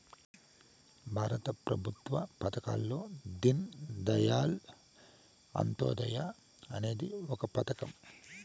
భారత ప్రభుత్వ పథకాల్లో దీన్ దయాళ్ అంత్యోదయ అనేది ఒక పథకం